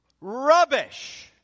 rubbish